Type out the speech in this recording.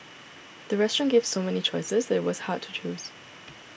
the restaurant gave so many choices that it was hard to choose